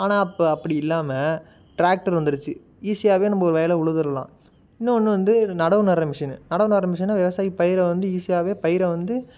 ஆனால் அப்போ அப்படி இல்லாமல் டிராக்டர் வந்திருச்சி ஈஸியாகவே நம்ம ஒரு வயலை உழுதறலாம் இன்னொன்று வந்து நடவு நடுகிற மிஷின் நடவு நடுகிற மிஷினை விவசாயி பயிரை வந்து ஈஸியாகவே பயிரை வந்து